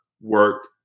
work